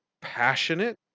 passionate